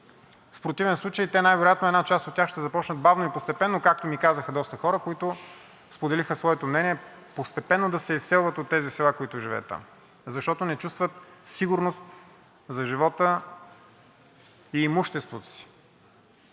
в противен случай те най-вероятно една част от тях ще започнат бавно и постепенно, както ми казаха доста хора, които споделиха своето мнение – постепенно да се изселват от тези села, в които живеят там, защото не чувстват сигурност за живота и имуществото си.